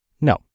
No